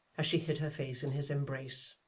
as she hid her face in his embrace,